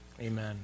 Amen